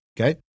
Okay